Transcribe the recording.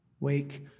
Wake